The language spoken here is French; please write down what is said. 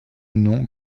nom